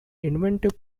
inventive